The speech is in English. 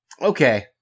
Okay